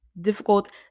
difficult